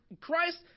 Christ